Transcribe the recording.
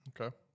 Okay